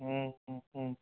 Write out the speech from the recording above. অঁ অঁ অঁ